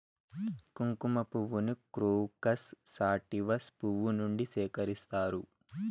కుంకుమ పువ్వును crocus sativus పువ్వు నుండి సేకరిస్తారు